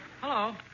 Hello